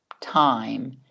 time